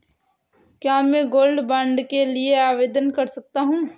क्या मैं gold bond के लिए आवेदन कर सकता हूं?